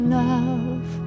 love